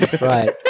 Right